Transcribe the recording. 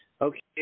okay